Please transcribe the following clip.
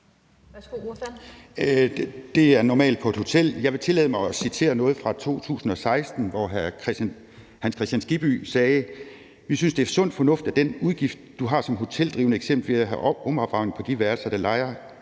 Det er normalt på et hotel. Jeg vil tillade mig at citere noget, som hr. Hans Kristian Skibby sagde i 2016: »Vi synes, det er sund fornuft, at den udgift, du har som hoteldrivende, eksempelvis ved at have rumopvarmning på de værelser, du lejer